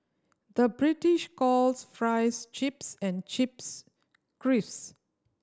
the British calls fries chips and chips crisps